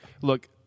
Look